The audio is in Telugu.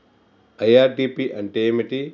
ఐ.ఆర్.డి.పి అంటే ఏమిటి?